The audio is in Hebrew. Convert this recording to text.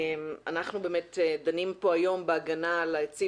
אנחנו דנים כאן היום בהגנה על העצים